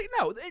No